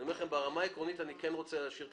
אני אומר לכם שברמה העקרונית אני כן רוצה להשאיר את